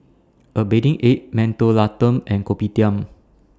A Bathing Ape Mentholatum and Kopitiam